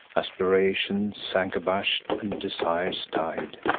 aspirations sank abashed and desires died.